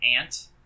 ant